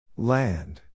Land